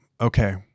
Okay